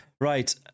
Right